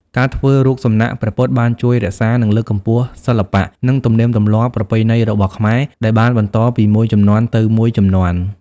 ការធ្វើរូបសំណាកព្រះពុទ្ធបានជួយរក្សានិងលើកកម្ពស់សិល្បៈ និងទំនៀមទម្លាប់ប្រពៃណីរបស់ខ្មែរ ដែលបានបន្តពីមួយជំនាន់ទៅមួយជំនាន់។